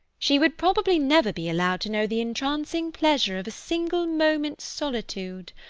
she would probably never be allowed to know the entrancing pleasure of a single moment's solitude.